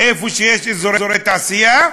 איפה שיש אזורי תעשייה,